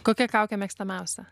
kokia kaukė mėgstamiausia